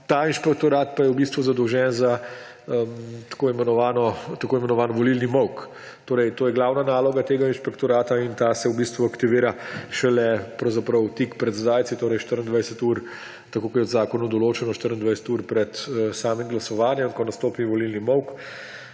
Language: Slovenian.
Ta inšpektorat je zadolžen za tako imenovani volilni molk. To je glavna naloga tega inšpektorata in ta se v bistvu aktivira šele tik pred zdajci, torej 24 ur, tako kot je v zakonu določeno, 24 ur pred samim glasovanjem, ko nastopi volilni molk.